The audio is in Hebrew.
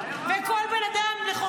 וכל בן אדם שצופה,